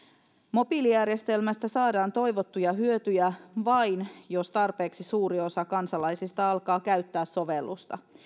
mobiilijärjestelmästä saadaan toivottuja hyötyjä vain jos tarpeeksi suuri osa kansalaisista alkaa käyttää sovellusta